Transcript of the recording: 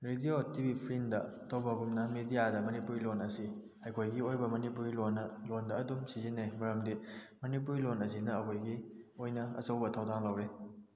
radio TV ꯐꯤꯂꯝꯗ ꯇꯧꯕꯒꯨꯝꯅ ꯃꯦꯗꯤꯌꯥꯗ ꯃꯅꯤꯄꯨꯔꯤ ꯂꯣꯟ ꯑꯁꯤ ꯑꯩꯈꯣꯏꯒꯤ ꯑꯣꯏꯕ ꯃꯅꯤꯄꯨꯔꯤ ꯂꯣꯟꯅ ꯂꯣꯟꯗ ꯑꯗꯨꯝ ꯁꯤꯖꯤꯟꯅꯩ ꯃꯔꯝꯗꯤ ꯃꯅꯤꯄꯨꯔꯤ ꯂꯣꯟ ꯑꯁꯤꯅ ꯑꯩꯈꯣꯏꯒꯤ ꯑꯣꯏꯅ ꯑꯆꯧꯕ ꯊꯧꯗꯥꯡ ꯂꯧꯔꯤ